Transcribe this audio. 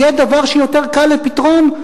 יהיה דבר יותר קל לפתרון,